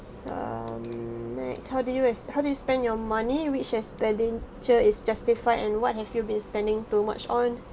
um next how do you ex~ how do you spend your money which expenditure is justified and what have you been spending too much on